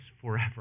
forever